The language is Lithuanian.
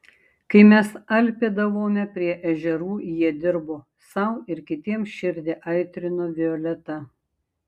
kai mes alpėdavome prie ežerų jie dirbo sau ir kitiems širdį aitrino violeta